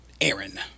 Aaron